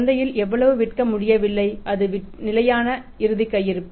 சந்தையில் எவ்வளவு விற்க முடியவில்லை அது நிலையான இறுதிக் கையிருப்பு